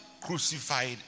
crucified